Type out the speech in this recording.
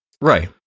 Right